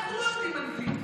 אנחנו לא יודעים אנגלית.